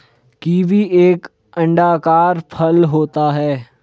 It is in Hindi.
कीवी एक अंडाकार फल होता है